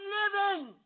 living